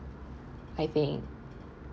I think